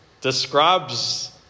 describes